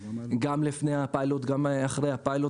גם לפני הפיילוט וגם אחרי הפיילוט